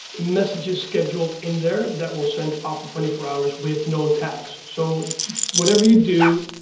messages scheduled in there that will send after twenty four hours with no tags. so whatever you do